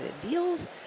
deals